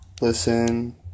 listen